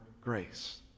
grace